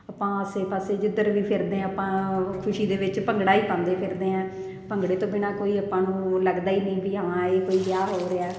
ਆਪਾਂ ਆਸੇ ਪਾਸੇ ਜਿੱਧਰ ਵੀ ਫਿਰਦੇ ਹਾਂ ਆਪਾਂ ਖੁਸ਼ੀ ਦੇ ਵਿੱਚ ਭੰਗੜਾ ਹੀ ਪਾਉਂਦੇ ਫਿਰਦੇ ਹਾਂ ਭੰਗੜੇ ਤੋਂ ਬਿਨਾਂ ਕੋਈ ਆਪਾਂ ਨੂੰ ਲੱਗਦਾ ਹੀ ਨਹੀਂ ਵੀ ਹਾਂ ਇਹ ਕੋਈ ਵਿਆਹ ਹੋ ਰਿਹਾ